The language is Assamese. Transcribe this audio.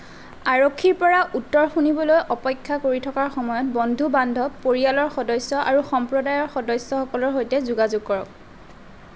আৰক্ষীৰ পৰা উত্তৰ শুনিবলৈ অপেক্ষা কৰি থকাৰ সময়ত বন্ধু বান্ধৱ পৰিয়ালৰ সদস্য আৰু সম্প্ৰদায়ৰ সদস্যসকলৰ সৈতে যোগাযোগ কৰক